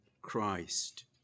Christ